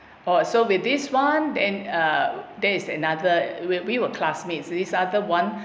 oh so with this one then uh there is another wait we were classmates so this other one